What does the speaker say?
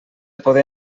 poder